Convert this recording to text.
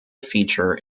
feature